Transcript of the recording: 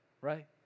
right